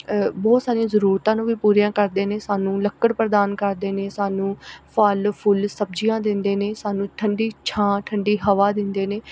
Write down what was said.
ਬਹੁਤ ਸਾਰੀਆਂ ਜ਼ਰੂਰਤਾਂ ਨੂੰ ਵੀ ਪੂਰੀਆਂ ਕਰਦੇ ਨੇ ਸਾਨੂੰ ਲੱਕੜ ਪ੍ਰਦਾਨ ਕਰਦੇ ਨੇ ਸਾਨੂੰ ਫਲ ਫੁੱਲ ਸਬਜ਼ੀਆਂ ਦਿੰਦੇ ਨੇ ਸਾਨੂੰ ਠੰਡੀ ਛਾਂ ਠੰਡੀ ਹਵਾ ਦਿੰਦੇ ਨੇ